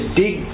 dig